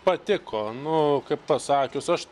patiko nu kaip pasakius aš